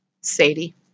Sadie